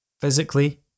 Physically